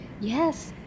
Yes